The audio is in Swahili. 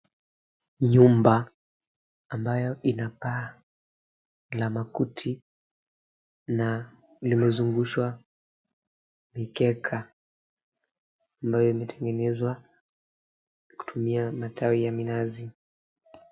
Nyumba ambayo ina paa la makuti na limezungushwa mikeka ambayo imetengenezwa kutumia matawi ya minazi.